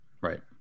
Right